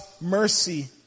mercy